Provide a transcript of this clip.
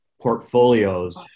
portfolios